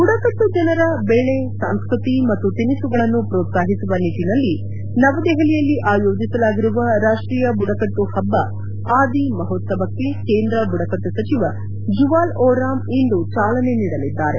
ಬುಡಕಟ್ಟು ಜನರ ಬೆಳೆ ಸಂಸ್ಕೃತಿ ಮತ್ತು ತಿನಿಸುಗಳನ್ನು ಪ್ರೋತ್ಸಾಹಿಸುವ ನಿಟ್ಟಿನಲ್ಲಿ ನವದೆಹಲಿಯಲ್ಲಿ ಆಯೋಜಿಸಲಾಗಿರುವ ರಾಷ್ಟೀಯ ಬುಡಕಟ್ಟು ಹಬ್ಬ ಆದಿ ಮಹೋತ್ಪವಕ್ಕೆ ಕೇಂದ್ರ ಬುಡಕಟ್ಟು ಸಚಿವ ಜುವಾಲ್ ಒರಾಮ್ ಇಂದು ಚಾಲನೆ ನೀಡಲಿದ್ದಾರೆ